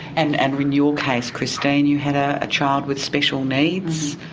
and and in your case, christine, you had a ah child with special needs.